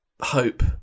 hope